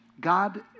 God